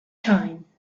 time